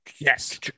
yes